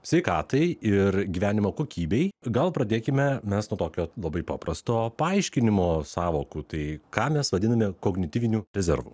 sveikatai ir gyvenimo kokybei gal pradėkime mes nuo tokio labai paprasto paaiškinimo sąvokų tai ką mes vadiname kognityviniu rezervu